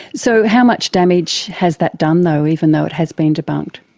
so how much damage has that done though, even though it has been debunked?